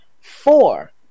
four